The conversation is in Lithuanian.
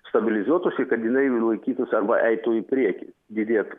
stabilizuotųsi kad jinai laikytųs arba eitų į priekį didėtų